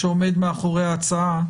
שעומד מאחורי ההצעה,